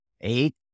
eight